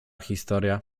historia